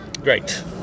great